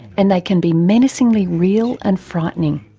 and they can be menacingly real and frightening.